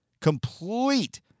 complete